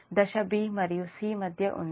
దశ b మరియు c మధ్య ఉంది